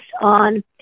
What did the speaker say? on